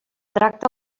tracta